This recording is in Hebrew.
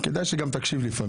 כדאי שגם תקשיב לפעמים.